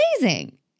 Amazing